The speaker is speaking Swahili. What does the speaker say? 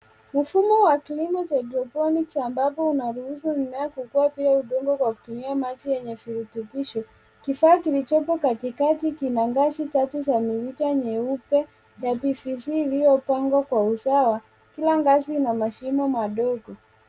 Mfumo wa kilimo cha haidroponics ambapo unaruhusu kukua bila udongo kwa kitumia maji yenye virutubisho. Kifaa kilichopo katikati kina ngazi tatu za morija nyeupe na PVC iliyopangwa kwa usawa kila ngazi na mashimo madogo.